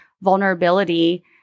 vulnerability